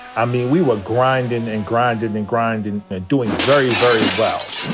i mean, we were grindin' and grindin' and grindin' and doing very, very well.